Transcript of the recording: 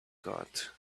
got